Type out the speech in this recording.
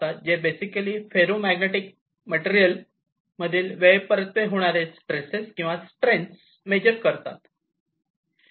जे basically ferromagnetic material मधील वेळ परत्वे बदलणारे स्ट्रेससेस किंवा strains Stresses or strains measure करतात